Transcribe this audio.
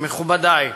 מכובדי,